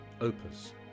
OPUS